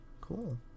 Cool